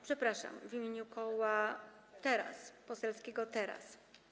przepraszam, w imieniu Koła Poselskiego Teraz!